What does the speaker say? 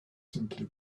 simply